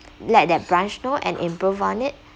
let that branch know and improve on it